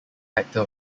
vector